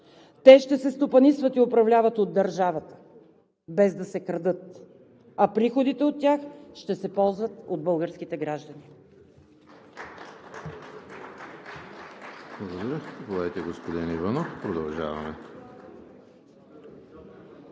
Те ще се стопанисват и управляват от държавата, без да се крадат, а приходите от тях ще се ползват от българските граждани.